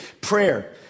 prayer